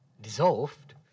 Dissolved